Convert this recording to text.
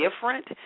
different